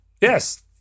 yes